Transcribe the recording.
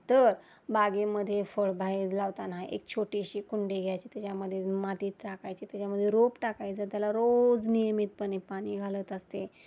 तर बागेमध्ये फळभाये लावताना एक छोटीशी कुंडी घ्यायची त्याच्यामध्ये माती टाकायची त्याच्यामध्ये रोप टाकायचं त्याला रोज नियमितपणे पाणी घालत असते